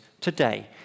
today